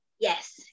Yes